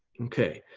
okay,